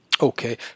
Okay